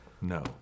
No